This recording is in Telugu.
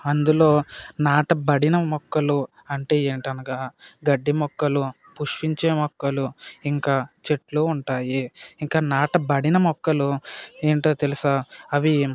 అందులో నాటబడిన మొక్కలు అంటే ఏంటి అనగా గడ్డి మొక్కలు పుష్పించే మొక్కలు ఇంకా చెట్లు ఉంటాయి ఇంకా నాటబడిన మొక్కలు ఏంటో తెలుసా అవి